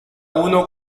uno